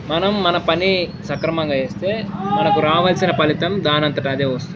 మనం మన పని సక్రమంగా చేస్తే మనకు రావాల్సిన ఫలితం దానంతట అదే వస్తుంది